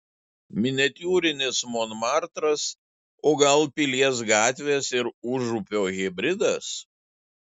miniatiūrinis monmartras o gal pilies gatvės ir užupio hibridas